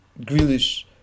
Grealish